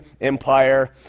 empire